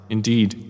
Indeed